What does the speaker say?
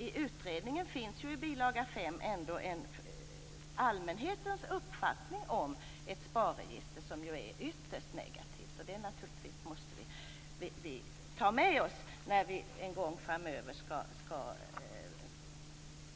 I utredningen finns dock i bilaga nr 5 allmänhetens uppfattning om SPAR, som är ytterst negativ, och det måste vi naturligtvis ta med oss när vi en gång framöver skall